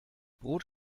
brot